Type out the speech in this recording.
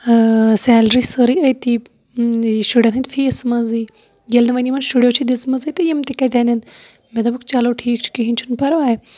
اۭں salary سٲرٕے أتھٕۍ شُرٮ۪ن ہٕندۍ فیٖس منٛزٕے ییٚلہِ نہٕ وۄنۍ یِمو شُرٮ۪ن چھِ دژمٕژٕے تہٕ یِم تہِ کَتہِ انن مےٚ دوٚپُکھ چلو ٹھیٖک چھُ کِہینۍ چھُنہٕ پَرواے